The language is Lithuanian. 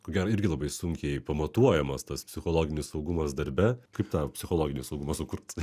ko gero irgi labai sunkiai pamatuojamas tas psichologinis saugumas darbe kaip tą psichologinį saugumą sukurt